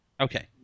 Okay